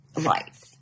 life